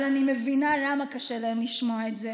אבל אני מבינה למה קשה להם לשמוע את זה.